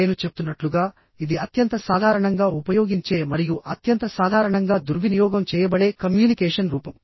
నేను చెప్తున్నట్లుగాఇది అత్యంత సాధారణంగా ఉపయోగించే మరియు అత్యంత సాధారణంగా దుర్వినియోగం చేయబడే కమ్యూనికేషన్ రూపం